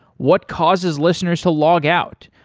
what causes listeners to log out,